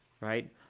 right